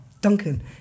Duncan